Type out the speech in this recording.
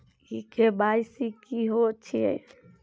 इ के.वाई.सी की होय छै?